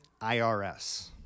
IRS